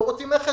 לא רוצים מכס?